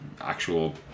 actual